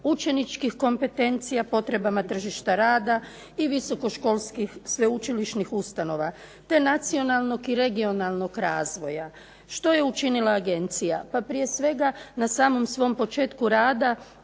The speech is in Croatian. učeničkih kompetencija potrebama tržišta rada i visoko školskih sveučilišnih ustanova, te nacionalnog i regionalnog razvoja. Što je učinila Agencija? Pa prije svega na samom svom početku rada